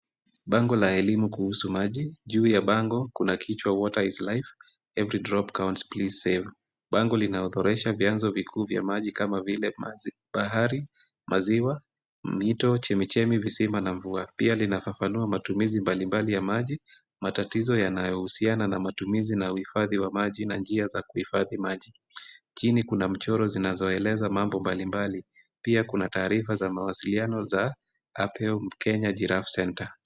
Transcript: Bango la elimu kuhusu maji, juu ya bango kuna kichwa "Water is Life, Every Drop Counts, Please Save." Bango linaodorisha vyanzo vikuu vya maji kama Vile Bahari, maziwa, mito, chemichemi, visima, na mvua. Pia linafafanua matumizi mbalimbali ya maji, matatizo yanayohusiana na matumizi na uhifadhi wa maji, na njia za kuhifadhi maji. Chini kuna mchoro zinazoeleza mambo mbalimbali; pia kuna taarifa za mawasiliano za "Apeo Mkenya Giraffe Center".